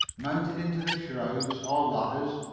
mounted into the shrouds, or ladders,